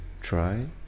try